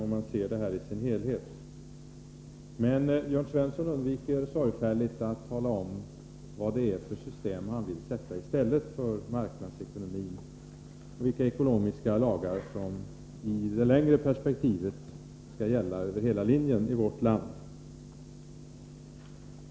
Men Jörn Svensson undviker sorgfälligt att tala om vad det är för system han vill sätta i stället för marknadsekonomin och vilka ekonomiska lagar som i det längre perspektivet skall gälla över hela linjen i vårt land.